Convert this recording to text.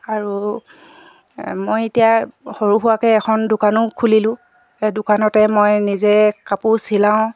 আৰু মই এতিয়া সৰুসুৰাকৈ এখন দোকানো খুলিলোঁ এই দোকানতে মই নিজে কাপোৰ চিলাওঁ